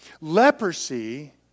Leprosy